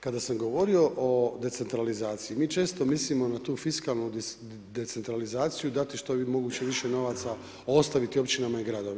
Kada sam govorio o decentralizaciji, mi često mislimo na tu fiskalnu decentralizaciju, dati što jje moguće više novaca, ostaviti općinama i gradovima.